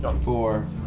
Four